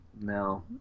no